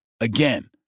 again